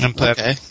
Okay